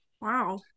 Wow